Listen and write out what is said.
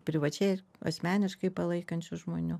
privačiai asmeniškai palaikančių žmonių